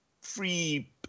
free